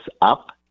up